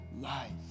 life